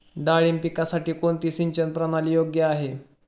डाळिंब पिकासाठी कोणती सिंचन प्रणाली योग्य आहे?